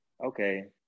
okay